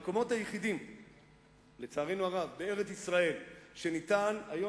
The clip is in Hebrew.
המקומות היחידים בארץ-ישראל שאפשר היום